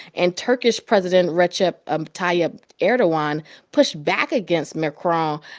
and turkish president recep um tayyip erdogan pushed back against macron,